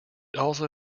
also